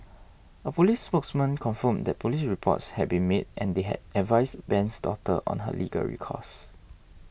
a police spokesman confirmed that police reports had been made and they had advised Ben's daughter on her legal recourse